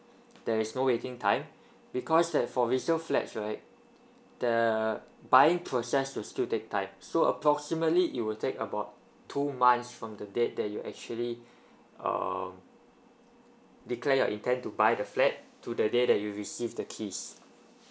there is no waiting time because that for resale flats right the buying process will still take time so approximately it will take about two months from the date that you actually erm declare your intent to buy the flat to the day that you receive the keys